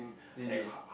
really ah